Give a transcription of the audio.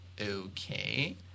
okay